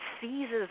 seizes